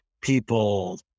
people